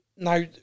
Now